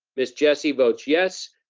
miss jessie votes yes,